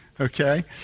Okay